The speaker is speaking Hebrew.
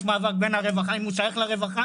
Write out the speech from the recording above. יש מאבק אם הוא שייך לרווחה,